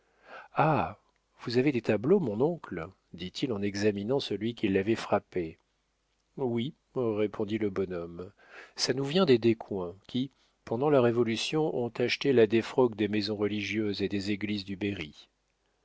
ah vous avez des tableaux mon oncle dit-il en examinant celui qui l'avait frappé oui répondit le bonhomme ça nous vient des descoings qui pendant la révolution ont acheté la défroque des maisons religieuses et des églises du berry